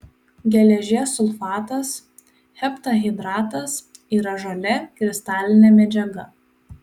geležies sulfatas heptahidratas yra žalia kristalinė medžiaga